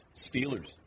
Steelers